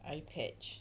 eyepatch